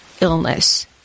illness